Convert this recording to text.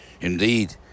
Indeed